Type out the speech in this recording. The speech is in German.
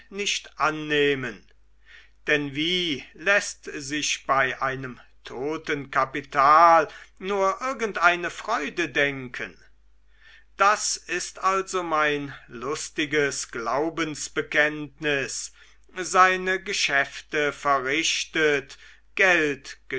nicht annehmen denn wie läßt sich bei einem toten kapital nur irgendeine freude denken das ist also mein lustiges glaubensbekenntnis seine geschäfte verrichtet geld